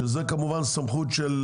שזה כמובן סמכות של